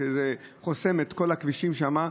זה חוסם את כל הכבישים שם,